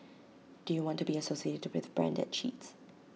do you want to be associated with A brand that cheats